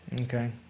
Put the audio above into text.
Okay